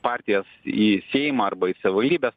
partijos į seimą arba į savivaldybes